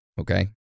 okay